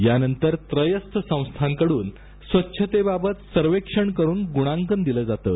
यानंतर त्रयस्थ संस्थांकडून स्वच्छतेबाबत सर्वेक्षण करून गुणांकन दिलं जातं